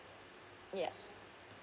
yeah